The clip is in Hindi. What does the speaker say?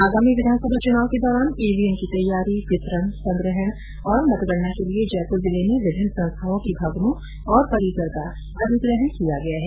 आगामी विघानसभा चुनाव के दौरान ईवीएम की तैयारी वितरण संग्रहण और मतगणना के लिए जयपुर जिले में विभिन्न संस्थाओं के भवनों और परिसर का अधिग्रहण किया गया है